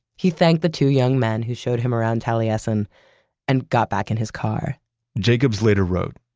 he thanked the two young men who showed him around taliesin and got back in his car jacobs later wrote,